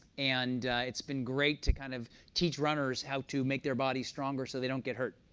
and it's been great to kind of teach runners how to make their body stronger so they don't get hurt.